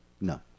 No